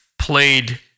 played